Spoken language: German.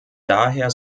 daher